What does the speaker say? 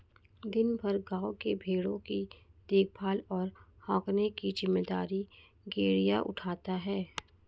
दिन भर गाँव के भेंड़ों की देखभाल और हाँकने की जिम्मेदारी गरेड़िया उठाता है